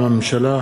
מטעם הממשלה,